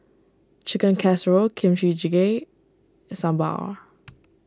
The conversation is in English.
Chicken Casserole Kimchi Jjigae Sambar